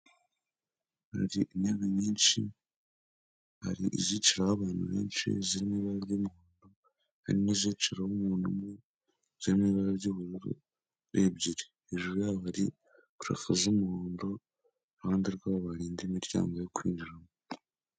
Hari intebe nyinshi hari izicaraho abantu benshi, ziri mu ibara ry'ubururu, hari n'iziciroho w'umuntu umwezu yemo ziri mu ibara ry'ubururu ebyiri hejuru z'umuhondo iruhande rwabo imiryango yo kwinjiramo.